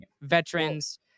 veterans